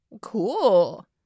Cool